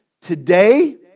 Today